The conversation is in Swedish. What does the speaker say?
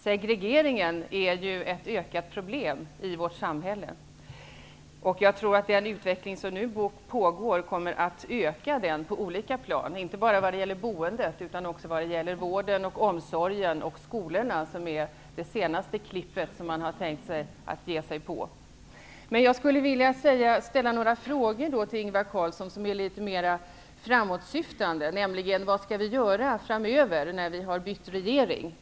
Segregeringen är ju ett växande problem i vårt samhälle. Jag tror att den nuvarande utvecklingen kommer att öka den på olika plan, inte bara när det gäller boendet utan också när det gäller vården och omsorgen samt skolorna, som är det senaste som man har tänkt ge sig på. Jag skulle vilja ställa några litet mer framåtsyftande frågor till Ingvar Carlsson. Vad skall vi göra framöver, när vi har bytt regering?